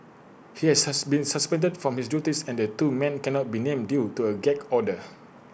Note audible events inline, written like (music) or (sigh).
he has (unintelligible) been suspended from his duties and the two men cannot be named due to A gag order